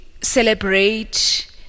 celebrate